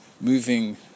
moving